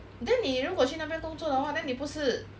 then 你如果去那边工作的话 then 你不是